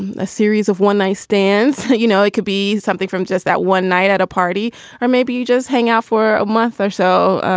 and a series of one night stands you know, it could be something from just that one night at a party or maybe you just hang out for a month or so